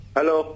Hello